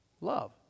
Love